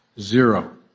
zero